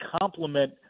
complement